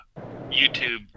YouTube